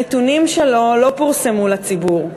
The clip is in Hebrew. הנתונים שלו לא פורסמו לציבור.